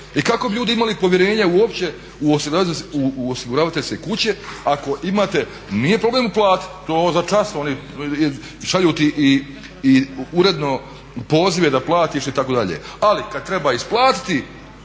I kako bi ljudi imali povjerenja uopće u osiguravateljske kuće ako imate, nije problem uplatit, to začas oni, šalju ti uredno pozive da platiš itd., ali kad treba isplatiti